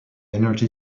energy